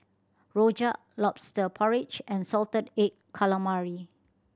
rojak Lobster Porridge and salted egg calamari